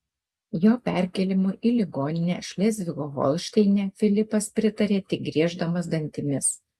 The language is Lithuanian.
jo perkėlimui į ligoninę šlezvigo holšteine filipas pritarė tik grieždamas dantimis